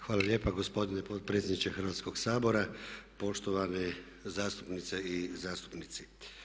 Hvala lijepa gospodine potpredsjedniče Hrvatskoga sabora, poštovane zastupnice i zastupnici.